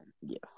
Yes